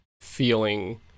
feeling